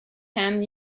ham